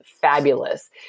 fabulous